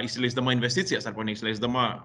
įsileisdama investicijas arba neįsileisdama